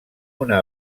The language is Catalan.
una